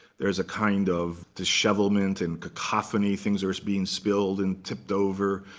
there's a kind of dishevelment and cacophony. things are being spilled and tipped over.